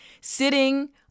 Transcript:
sitting